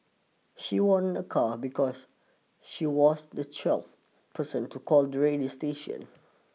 she won a car because she was the twelfth person to call the radio station